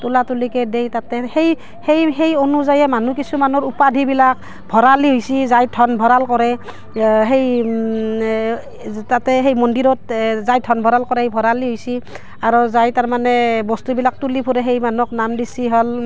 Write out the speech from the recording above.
তুলা তুলিকে দেই তাতে সেই সেই সেই অনুযায়ীয়ে মানুহ কিছুমানৰ উপাধিবিলাক ভঁৰালী হৈছে যায় ধন ভঁৰাল কৰে সেই তাতে সেই মন্দিৰত যায় ধন ভঁৰাল কৰে ভঁৰালী হৈছে আৰু যায় তাৰমানে বস্তুবিলাক তুলি ফুৰে সেই মানুহক নাম দিছে হ'ল